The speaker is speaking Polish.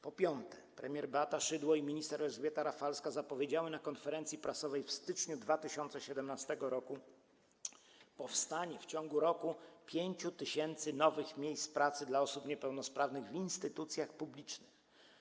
Po piąte, premier Beata Szydło i minister Elżbieta Rafalska zapowiedziały na konferencji prasowej w styczniu 2017 r. powstanie w ciągu roku 5 tys. nowych miejsc pracy dla osób niepełnosprawnych w instytucjach publicznych.